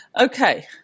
Okay